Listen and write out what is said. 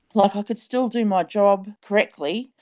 like ah could still do my job correctly,